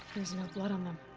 there's no blood on them.